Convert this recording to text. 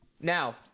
Now